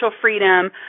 freedom